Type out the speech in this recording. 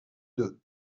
deux